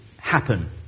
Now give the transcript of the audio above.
happen